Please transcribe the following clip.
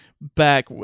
back